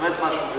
באמת משהו גדול.